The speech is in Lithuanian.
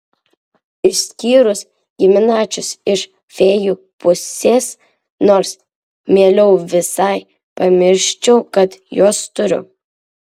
išskyrus giminaičius iš fėjų pusės nors mieliau visai pamirščiau kad juos turiu